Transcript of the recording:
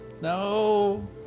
No